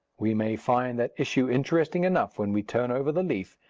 we may find that issue interesting enough when we turn over the leaf,